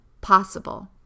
possible